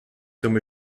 dumme